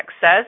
says